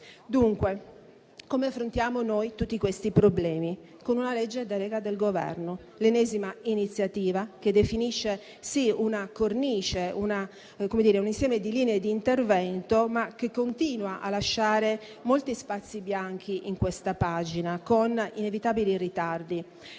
dunque, affrontiamo tutti questi problemi con una delega al Governo, l'ennesima iniziativa che definisce una cornice, un insieme di linee di intervento, ma che continua a lasciare molti spazi bianchi in questa pagina, con inevitabili ritardi.